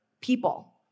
people